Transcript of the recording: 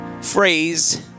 phrase